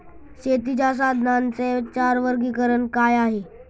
शेतीच्या साधनांचे चार वर्गीकरण काय आहे?